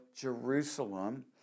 Jerusalem